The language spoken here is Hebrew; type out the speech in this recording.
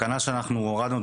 תקנה שאנחנו הורדנו,